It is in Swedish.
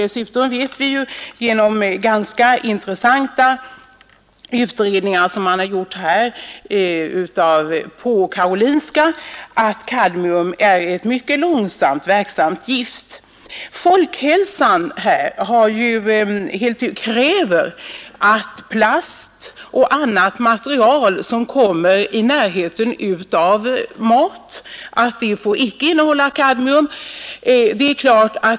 Dessutom vet vi genom ganska intressanta utredningar, som man har gjort på karolinska institutet, att kadmium är ett mycket långsamt verkande gift. Statens institut för folkhälsan kräver att plast och annat material som kommer i kontakt med mat icke får innehålla kadmium.